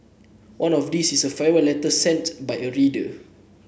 one of these is a farewell letter sent by a reader